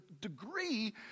degree